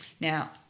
Now